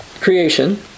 creation